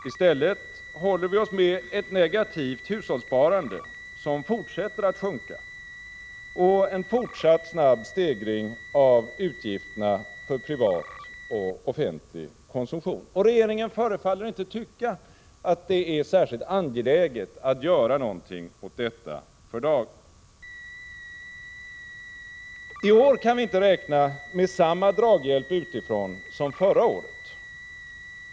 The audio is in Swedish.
I stället håller vi oss med ett negativt hushållssparande som fortsätter att sjunka och en fortsatt snabb stegring av utgifterna för privat och offentlig konsumtion. Och regeringen förefaller inte att tycka att det är särskilt angeläget att för dagen göra någonting åt detta. I år kan vi inte räkna med samma draghjälp utifrån som förra året.